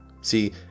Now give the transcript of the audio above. See